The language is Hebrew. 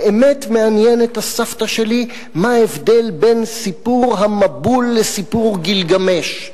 באמת מעניין את הסבתא שלי מה ההבדל בין סיפור המבול לסיפור גילגמש,